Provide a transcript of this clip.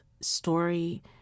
story